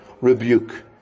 rebuke